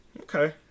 Okay